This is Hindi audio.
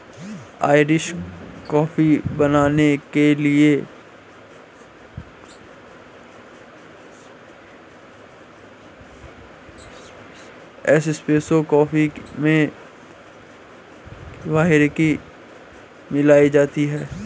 आइरिश कॉफी बनाने के लिए एस्प्रेसो कॉफी में व्हिस्की मिलाई जाती है